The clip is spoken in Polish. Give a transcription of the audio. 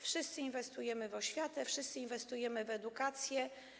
Wszyscy inwestujemy w oświatę, wszyscy inwestujemy w edukację.